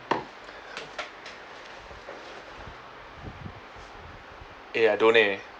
eh I don't eh